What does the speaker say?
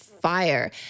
fire